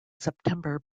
september